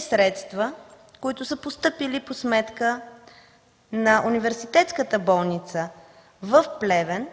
Средствата, които са постъпили по сметка на Университетската болница в Плевен,